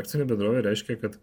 akcinė bendrovė reiškia kad